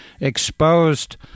exposed